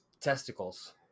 Testicles